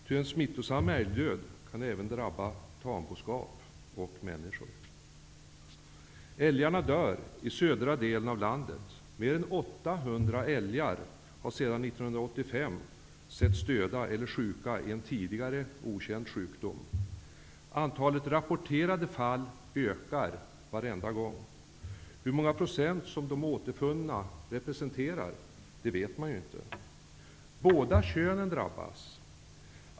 Ty en smittosam älgdöd kan även drabba tamboskap och människor. Älgarna dör i södra delen av landet. Mer än 800 älgar har sedan 1985 setts döda eller sjuka i en tidigare okänd sjukdom. Antalet rapporterade fall ökar. Hur många procent som de återfunna älgarna representerar vet man inte. Båda könen drabbas.